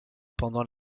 pendant